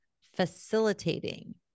facilitating